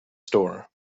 store